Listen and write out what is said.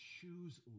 Choose